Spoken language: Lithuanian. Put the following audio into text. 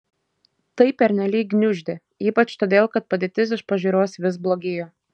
tai pernelyg gniuždė ypač todėl kad padėtis iš pažiūros vis blogėjo